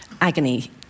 agony